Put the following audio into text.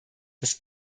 dass